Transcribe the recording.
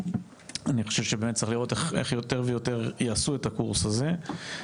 אני חושב שצריך לראות איך יותר ויותר יעשו את הקורס הזה.